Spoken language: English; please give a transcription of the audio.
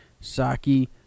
Saki